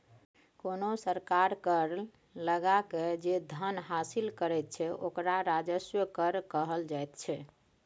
कोनो सरकार कर लगाकए जे धन हासिल करैत छै ओकरा राजस्व कर कहल जाइत छै